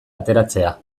ateratzea